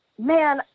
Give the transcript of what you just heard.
man